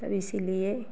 तब इसीलिए